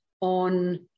on